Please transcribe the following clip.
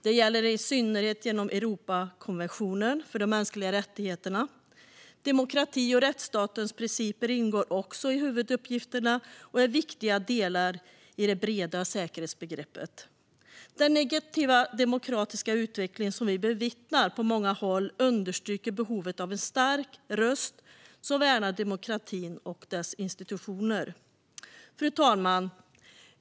Det gäller i synnerhet genom Europakonventionen för de mänskliga rättigheterna. Demokrati och rättsstatens principer ingår också i huvuduppgifterna och är viktiga delar i det breda säkerhetsbegreppet. Den negativa demokratiska utveckling som vi bevittnar på många håll understryker behovet av en stark röst som värnar demokratin och dess institutioner. Fru talman!